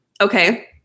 Okay